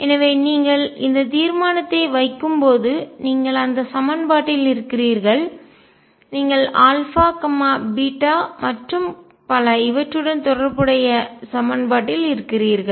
எனவே நீங்கள் இந்த தீர்மானத்தை வைக்கும் போது நீங்கள் அந்த சமன்பாட்டில் இருக்கிறீர்கள் நீங்கள் மற்றும் பல இவற்றுடன் தொடர்புடைய சமன்பாட்டில் இருக்கிறீர்கள்